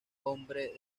hombre